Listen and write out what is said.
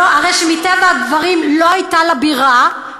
הרי שמטבע הדברים לא הייתה לה בירה,